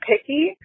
picky